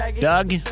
doug